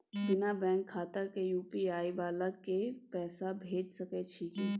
बिना बैंक खाता के यु.पी.आई वाला के पैसा भेज सकै छिए की?